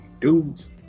Dudes